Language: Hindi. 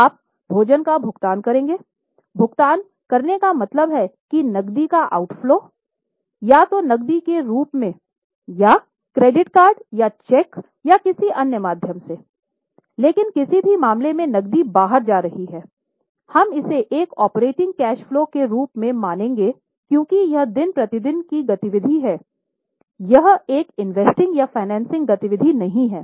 आप भोजन का भुगतान करेंगे भुगतान करने का मतलब है कि नकदी का ऑउटफ्लो या तो नकदी के रूप में या क्रेडिट कार्ड या चेक या किसी अन्य माध्यम से लेकिन किसी भी मामले में नकदी बाहर जा रही है हम इसे एक ऑपरेटिंग कैश फलो के रूप में मानेंगे क्योंकि यह दिन प्रतिदिन की गतिविधि है यह एक इन्वेस्टिंग या फाइनेंसिंग गतिविधि नहीं है